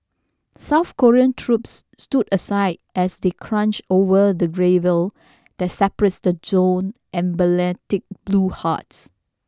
South Korean troops stood aside as they crunched over the gravel that separates the zone's emblematic blue huts